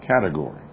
category